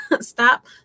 Stop